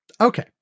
Okay